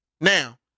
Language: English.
now